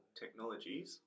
technologies